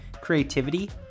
creativity